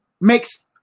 makes